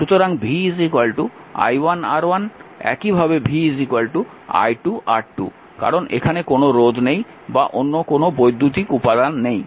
সুতরাং v i1R1 একইভাবে v i2 R2 কারণ এখানে কোনও রোধ নেই বা অন্য কোনও বৈদ্যুতিক উপাদান নেই